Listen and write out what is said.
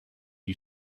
you